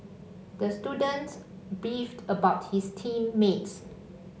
the student beefed about his team mates